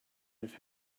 have